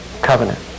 covenant